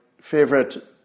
favorite